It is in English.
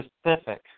specific